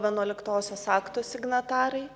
vienuoliktosios aktų signatarai